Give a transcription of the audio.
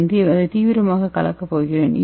நான் அதை தீவிரமாக கலக்கப் போகிறேன்